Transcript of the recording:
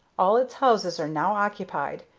all its houses are now occupied,